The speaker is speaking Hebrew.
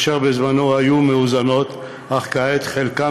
אשר בזמנו היו מאוזנות אך כעת חלקן